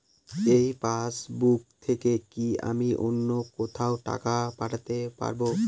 এই পাসবুক থেকে কি আমি অন্য কোথাও টাকা পাঠাতে পারব?